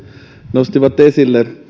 nostivat esille